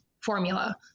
formula